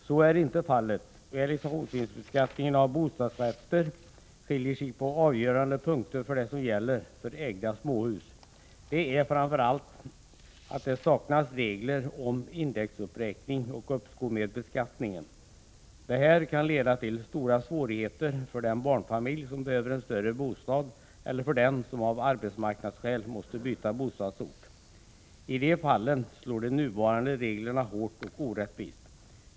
Så är inte fallet. Realisationsvinstbeskattningen av bostadsrätter skiljer sig på avgörande punkter från vad som gäller för ägda småhus. Framför allt saknas regler om indexuppräkning och uppskov med beskattningen. Det här kan leda till stora svårigheter för den barnfamilj som behöver en större bostad eller för den som av arbetsmarknadsskäl måste byta bostadsort. I de fallen slår de nuvarande reglerna hårt och orättvist.